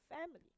family